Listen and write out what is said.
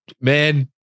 man